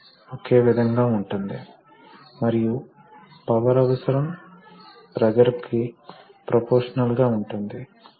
కాబట్టి ఒక సాధారణ హైడ్రాలిక్ యాక్యుయేటర్ ను చూద్దాం కాబట్టి ఇక్కడ ఒక ప్రెషర్ ని సృష్టిస్తున్నాము తద్వారా ఆ ఏరియా మరియు ప్రెషర్ ని బట్టి F ఫోర్స్ ని సృష్టిస్తుంది కాబట్టి F P x A